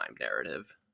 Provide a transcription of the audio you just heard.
narrative